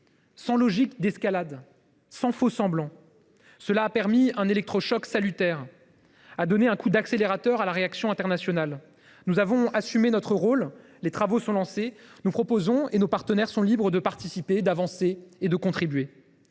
sans logique d’escalade et sans faux semblants. Cela a permis un électrochoc salutaire, qui a donné un coup d’accélérateur à la réaction internationale. Nous avons assumé notre rôle. Les travaux sont lancés. Nous proposons et nos partenaires sont libres de participer, d’avancer et de contribuer.